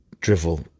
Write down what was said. drivel